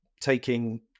taking